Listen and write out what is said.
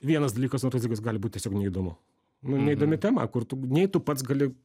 vienas dalykas na toks dalykas gali būt tiesiog neįdomu nu neįdomi tema kur tu nei tu pats gali